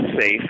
safe